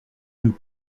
nous